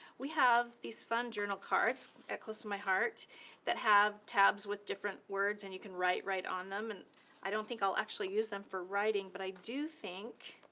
we have these fun journal cards at close to my heart that have tabs with different words, and you can write write on them, and i don't think i'll actually use them for writing, but i do think